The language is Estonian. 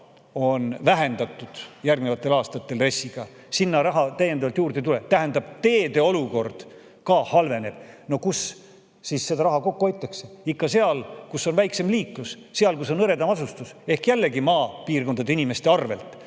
on teederaha järgnevatel aastatel vähendatud, sinna raha juurde ei tule. Tähendab, teede olukord ka halveneb. Kus siis raha kokku hoitakse? Ikka seal, kus on väiksem liiklus, seal, kus on hõredam asustus, ehk jällegi maapiirkondade inimeste arvelt.